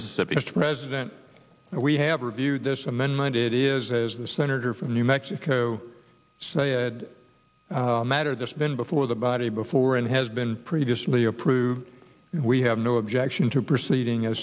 mississippi mr president we have reviewed this amendment it is as the senator from new mexico say ed matter that's been before the body before and has been previously approved we have no objection to proceeding a